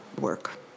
Work